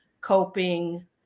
coping